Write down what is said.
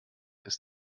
ist